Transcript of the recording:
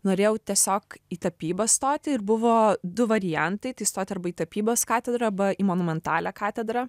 norėjau tiesiog į tapybą stoti ir buvo du variantai tai stoti arba į tapybos katedrą ba į monumentalią katedrą